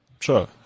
Sure